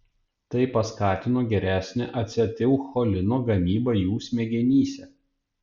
tai paskatino geresnę acetilcholino gamybą jų smegenyse